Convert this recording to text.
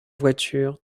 voiture